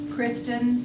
Kristen